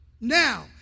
now